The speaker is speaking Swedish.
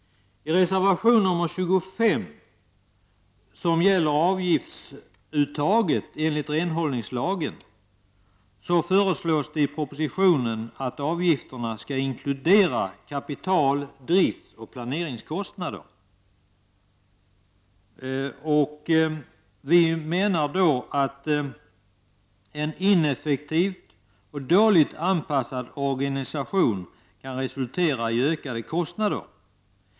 Reservation nr 25 gäller avgiftsuttaget enligt renhållningslagen. I propositionen föreslås att avgifterna skall inkludera kapital-, driftoch planeringskostnader. En ineffektiv och dåligt anpassad organisation kan resultera i ökade kostnader.